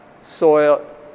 soil